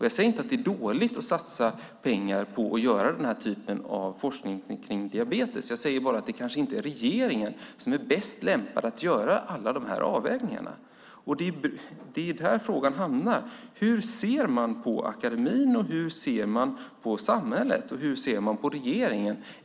Jag säger inte att det är dåligt att satsa pengar på att göra den här typen av forskning kring diabetes. Jag säger bara att det kanske inte är regeringen som är bäst lämpad att göra alla de här avvägningarna. Det är där frågan hamnar. Hur ser man på akademin, samhället och regeringen?